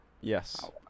Yes